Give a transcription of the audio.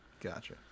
Gotcha